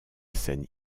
scène